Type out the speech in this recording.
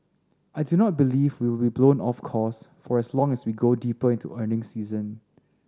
I do not believe will be blown off course for long as we go deeper into earnings season